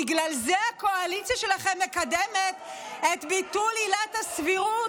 בגלל זה הקואליציה שלכם מקדמת את ביטול עילת הסבירות,